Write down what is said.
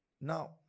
now